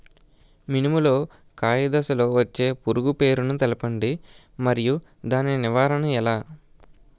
మినుము లో కాయ దశలో వచ్చే పురుగు పేరును తెలపండి? మరియు దాని నివారణ ఎలా?